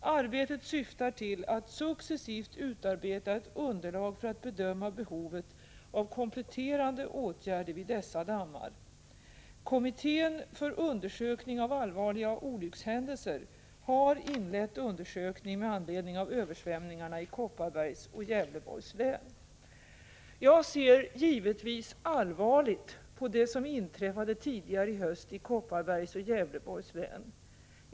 Arbetet syftar till att successivt utarbeta ett underlag för att bedöma behovet av kompletterande åtgärder vid dessa dammar. Kommittén för undersökning av allvarliga olyckshändelser har inlett undersökning med anledning av översvämningarna i Kopparbergs och Gävleborgs län. Jag ser givetvis allvarligt på det som inträffade tidigare i höst i Kopparbergs och Gävleborgs län.